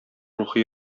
рухи